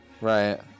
Right